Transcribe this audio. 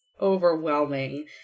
overwhelming